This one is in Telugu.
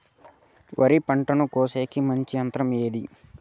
వరి పంటను కోసేకి మంచి యంత్రం ఏది?